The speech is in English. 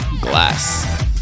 glass